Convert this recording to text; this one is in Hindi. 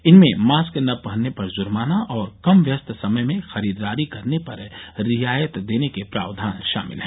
इनमें मास्क न पहनने पर जुर्माना और कम व्यस्त समय में खरीदारी करने पर रियायत देने के प्रावधान शामिल है